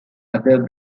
other